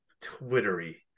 twittery